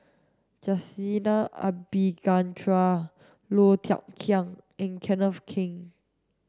Jacintha Abisheganaden Low Thia Khiang and Kenneth Keng